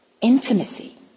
Intimacy